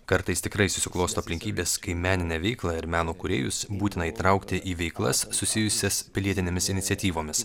kartais tikrai susiklosto aplinkybės kai meninę veiklą ir meno kūrėjus būtina įtraukti į veiklas susijusias pilietinėmis iniciatyvomis